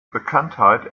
bekanntheit